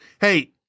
Hey